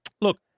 Look